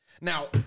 Now